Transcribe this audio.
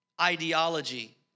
ideology